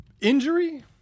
injury